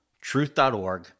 Truth.org